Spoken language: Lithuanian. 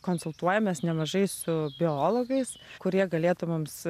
konsultuojamės nemažai su biologais kurie galėtų mums